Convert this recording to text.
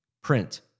Print